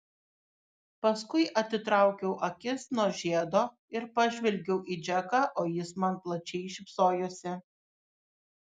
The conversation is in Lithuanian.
paskui atitraukiau akis nuo žiedo ir pažvelgiau į džeką o jis man plačiai šypsojosi